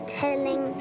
telling